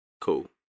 Cool